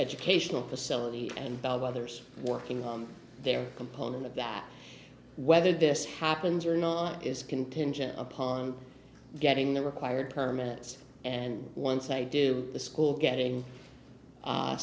educational facility and bellwethers working on their component of that whether this happens or not is contingent upon getting the required permits and once i do the school getting